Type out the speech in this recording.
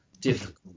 difficult